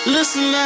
Listen